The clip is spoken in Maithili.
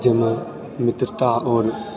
जाहिमे मित्रता आओर